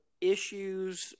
issues